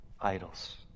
idols